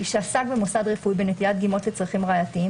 שעסק במוסד רפואי בנטילת דגימות לצרכים ראייתיים,